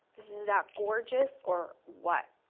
that gorgeous or what?